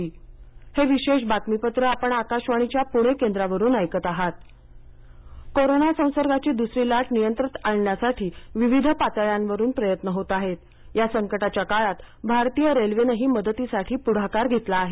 railway oxygen प्रवठा कोरोना संसर्गाची दुसरी लाट नियंत्रणात आणण्यासाठी विविध पातळ्यांवरून प्रयत्न होत आहेत या संकटाच्या काळात भारतीय रेल्वेनंही मदतीसाठी पुढाकार घेतला आहे